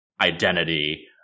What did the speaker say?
identity